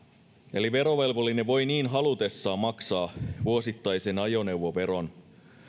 eli verovelvollinen voi niin halutessaan maksaa vuosittaisen ajoneuvoveron